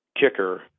kicker